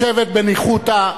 לשבת בניחותא.